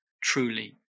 truly